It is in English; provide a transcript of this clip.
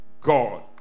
God